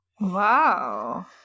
Wow